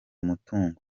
mutungo